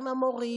עם המורים,